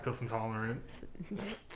intolerant